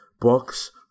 books